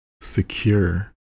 secure